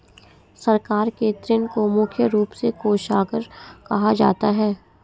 सरकार के ऋण को मुख्य रूप से कोषागार कहा जाता है